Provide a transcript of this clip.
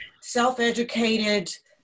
self-educated